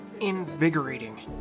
invigorating